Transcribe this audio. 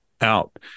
out